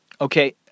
Okay